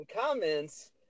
comments